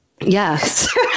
Yes